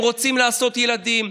הם רוצים לעשות ילדים,